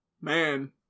Man